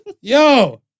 Yo